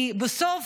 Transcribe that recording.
כי בסוף